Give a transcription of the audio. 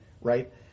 Right